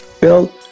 Bill